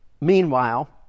Meanwhile